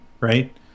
right